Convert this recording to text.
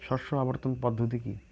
শস্য আবর্তন পদ্ধতি কি?